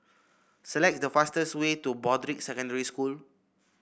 select the fastest way to Broadrick Secondary School